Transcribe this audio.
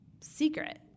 secret